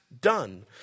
done